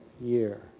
year